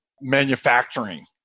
Manufacturing